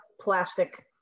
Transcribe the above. plastic